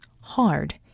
hard